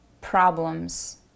problems